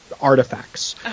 artifacts